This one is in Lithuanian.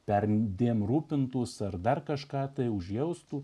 perdėm rūpintųsi ar dar kažką tai užjaustų